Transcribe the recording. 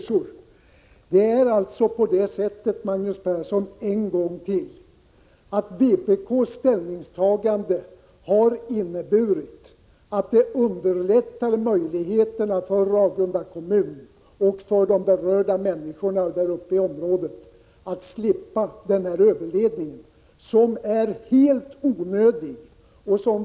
Cr Det är alltså på det sättet, Magnus Persson, jag upprepar det, att vpk:s ställningstagande underlättar möjligheterna för Ragunda kommun och de berörda människorna i området att slippa den överledning som är helt "onödig.